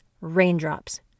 raindrops